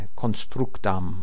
constructam